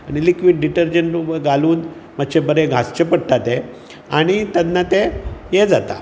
liquid detergent घालून मात्शें बरें घांसचें पडटा तें आनी तेन्ना तें हें जाता